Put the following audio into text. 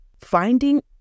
Finding